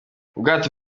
ubwato